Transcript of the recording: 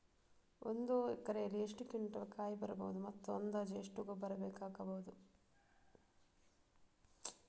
ಒಂದು ಎಕರೆಯಲ್ಲಿ ಎಷ್ಟು ಕ್ವಿಂಟಾಲ್ ಕಾಯಿ ಬರಬಹುದು ಮತ್ತು ಅಂದಾಜು ಎಷ್ಟು ಗೊಬ್ಬರ ಬೇಕಾಗಬಹುದು?